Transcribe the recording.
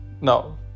No